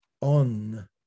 on